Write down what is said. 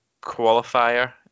qualifier